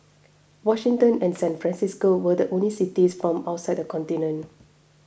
Washington and San Francisco were the only cities from outside the continent